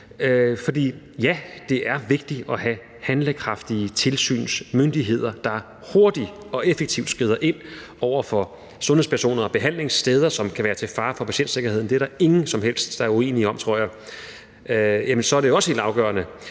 For ja, det er vigtigt at have handlekraftige tilsynsmyndigheder, der hurtigt og effektivt skrider ind over for sundhedspersoner og behandlingssteder, som kan være til fare for patientsikkerheden. Det er der ingen som helst der er uenige om, tror jeg. Jamen så er det også helt afgørende,